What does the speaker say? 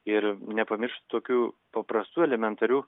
ir nepamiršt tokių paprastų elementarių